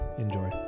Enjoy